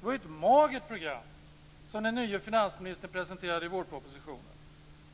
Det var ju ett magert program som den nya finansministern presenterade i vårpropositionen.